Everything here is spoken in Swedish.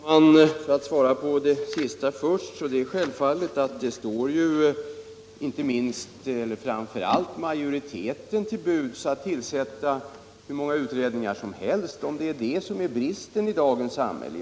Herr talman! För att svara på den sista frågan först vill jag framhålla att det självfallet står alla och särskilt majoriteten till buds att tillsätta hur många utredningar som helst, om nu detta är bristen i dagens samhälle.